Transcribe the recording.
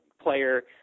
player